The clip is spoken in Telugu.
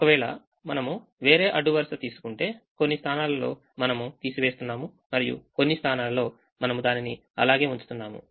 ఒకవేళ మనము వేరే అడ్డు వరుస తీసుకుంటే కొన్ని స్థానాలలో మనం తీసివేస్తున్నాము మరియు కొన్ని స్థానాలలో మనము దానిని అలాగే ఉంచుతున్నాము